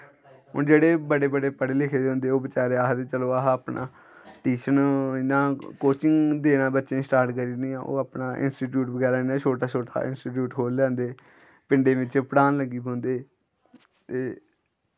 हून जेह्ड़े बड़े बड़े पढ़े लिखे दे होंदे ओह् बचैरे आखदे चलो अस अपना टयूशन इ'यां कोचिंग देना बच्चें गी स्टार्ट करी ओड़नी ओह् अपना इंस्टिटयूट बगैरा इ'यां छोटा छोटा इंस्टिटयूट खोह्ल्ली लैंदे पिंडें बिच्च पढ़ान लग्गी पौंदे ते